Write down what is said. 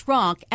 Rock